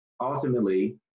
ultimately